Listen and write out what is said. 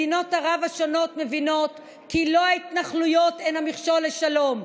מדינות ערב השונות מבינות כי לא ההתנחלויות הן המכשול לשלום,